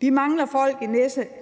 Vi mangler folk i